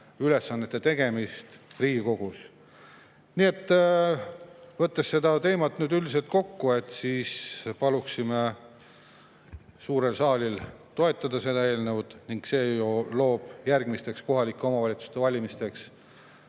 ülesannete täitmist Riigikogus. Võttes seda teemat nüüd üldiselt kokku, paluksime suurel saalil toetada seda eelnõu, mis loob järgmisteks kohalike omavalitsuste valimisteks